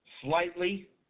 slightly